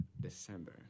December